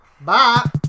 Bye